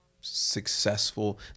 successful